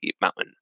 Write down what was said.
mountain